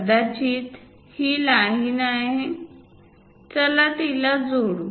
कदाचित ही लाईन आहे चला तिला जोडू